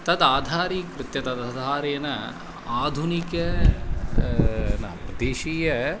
तद् आधारीकृत्य तदाधारेण आधुनिक न प्रदेशीय